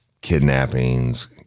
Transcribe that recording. kidnappings